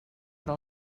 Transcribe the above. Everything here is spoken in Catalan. però